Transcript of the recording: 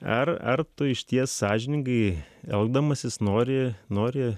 ar ar tu išties sąžiningai elgdamasis nori nori